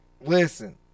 listen